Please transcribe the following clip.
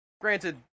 granted